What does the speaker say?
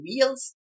wheels